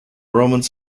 romans